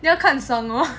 你要看爽 lor